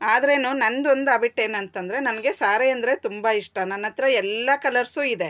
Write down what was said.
ಆದ್ರೂನ ನಂದೊಂದು ಆಬಿಟ್ ಏನಂತಂದ್ರೆ ನನಗೆ ಸಾರಿ ಅಂದರೆ ತುಂಬ ಇಷ್ಟ ನನ್ನ ಹತ್ರ ಎಲ್ಲ ಕಲರ್ಸು ಇದೆ